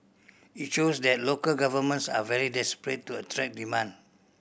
it shows that local governments are very desperate to attract demand